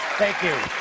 thank you,